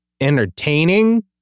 entertaining